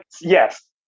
Yes